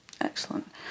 Excellent